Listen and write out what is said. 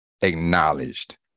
acknowledged